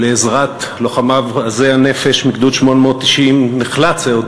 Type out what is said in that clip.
שלעזרת לוחמיו עזי הנפש מגדוד 890 נחלץ אהוד